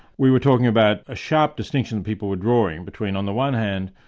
we were talking about a sharp distinction people were drawing between on the one hand,